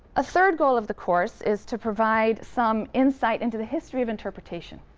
a third goal of the course is to provide some insight into the history of interpretation.